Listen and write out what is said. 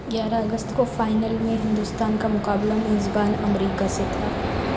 گیارہ اگست کو فائنل میں ہندوستان کا مقابلہ میزبان امریکہ سے تھا